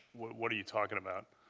what what are you talking about?